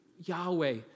Yahweh